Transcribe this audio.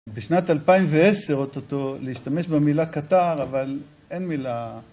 בשנת 2010 אוטוטו, להשתמש במילה קטר אבל אין מילה